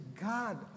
God